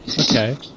okay